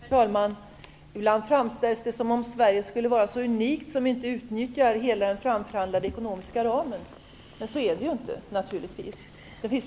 Herr talman! Ibland framställs det som om Sverige skulle vara så unikt för att man inte utnyttjar hela den framförhandlade ekonomiska ramen. Men så är det naturligtvis inte. Det finns